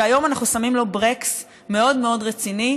שהיום אנחנו שמים לו ברקס מאוד מאוד רציני,